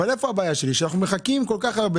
הבעיה שלי היא שאנחנו מחכים כל כך הרבה